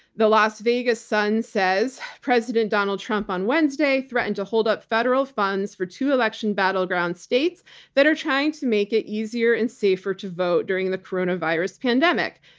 the las vegas sun says president donald trump on wednesday threatened to hold up federal funds for two election battleground states that are trying to make it easier and safer to vote during the coronavirus pandemic.